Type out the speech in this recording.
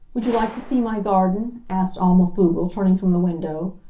would you like to see my garden? asked alma pflugel, turning from the window.